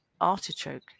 artichoke